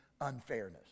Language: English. unfairness